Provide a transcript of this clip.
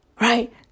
Right